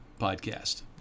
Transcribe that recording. podcast